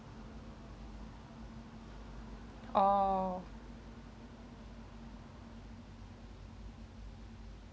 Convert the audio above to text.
oh